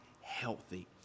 healthy